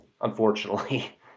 unfortunately